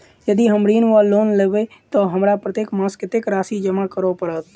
यदि हम ऋण वा लोन लेबै तऽ हमरा प्रत्येक मास कत्तेक राशि जमा करऽ पड़त?